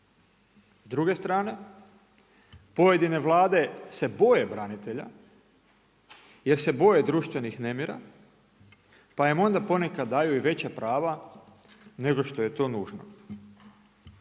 S druge strane, pojedine vlade se boje branitelja jer se boje društvenih nemira pa im onda ponekad daju i veća prava nego što je to nužno.